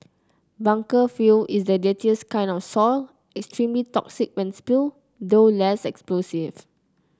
bunker fuel is the dirtiest kind of extremely toxic when spilled though less explosive